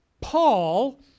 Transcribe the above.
Paul